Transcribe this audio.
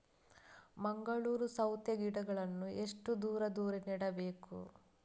ಮಂಗಳೂರು ಸೌತೆ ಗಿಡಗಳನ್ನು ಎಷ್ಟು ದೂರ ದೂರ ನೆಡಬೇಕು?